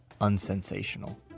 unsensational